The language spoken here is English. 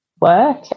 work